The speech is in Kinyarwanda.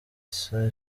sea